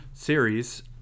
series